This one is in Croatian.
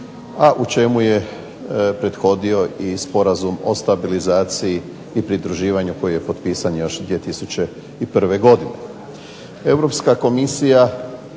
a u čemu je prethodio i Sporazum o stabilizaciji i pridruživanju koji je potpisan još 2001. godine.